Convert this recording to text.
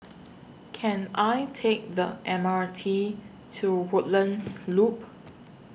Can I Take The M R T to Woodlands Loop